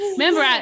Remember